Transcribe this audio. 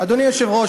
אדוני היושב-ראש,